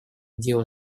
дело